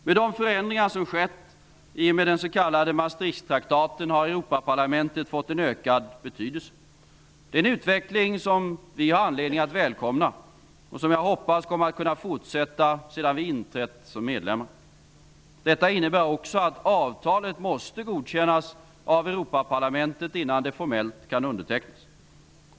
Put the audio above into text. Med de förändringar som skett i och med den s.k. Maastrichttraktaten har Europaparlamentet fått ökad betydelse. Det är en utveckling som vi har anledning att välkomna och som jag hoppas kommer att kunna fortsätta sedan vi inträtt som medlemmar. Det innebär också att avtalet måste godkännas av Europaparlamentet innan det formellt kan undertecknas.